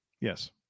Yes